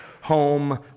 home